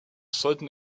sollten